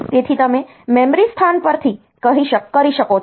તેથી તમે મેમરી સ્થાન પરથી કરી શકો છો